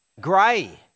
Grey